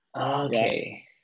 okay